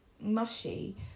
mushy